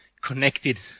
connected